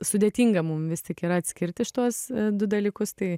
sudėtinga mum vis tik yra atskirti šituos du dalykus tai